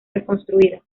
reconstruidas